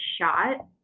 shot